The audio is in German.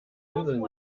inseln